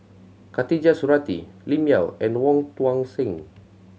Khatijah Surattee Lim Yau and Wong Tuang Seng